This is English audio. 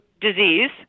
disease